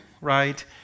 right